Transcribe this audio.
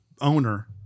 owner